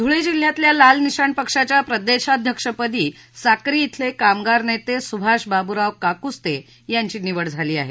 धूळे जिल्ह्यातल्या लाल निशाण पक्षाच्या प्रदेशाध्यक्षपदी साक्री शिले कामगार नेते सुभाष बाब्राव काकृस्ते यांची निवड झाली आहे